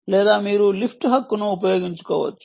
లేదా మీరు లిఫ్ట్ హక్కును ఉపయోగించుకోవచ్చు